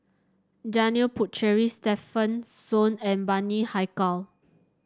Janil Puthucheary Stefanie Sun and Bani Haykal